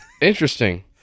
interesting